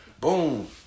boom